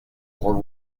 more